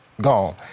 Gone